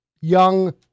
young